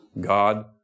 God